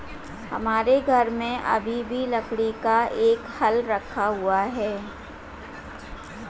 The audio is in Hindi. हमारे घर में अभी भी लकड़ी का एक हल रखा हुआ है